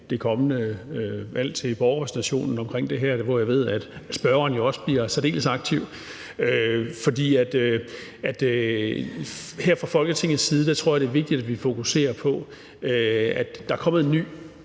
det kommende valg til Borgerrepræsentationen, hvor jeg ved at spørgeren også bliver særdeles aktiv. Her fra Folketingets side tror jeg, det er vigtigt, at vi fokuserer på, at der er kommet en ny